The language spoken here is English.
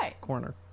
corner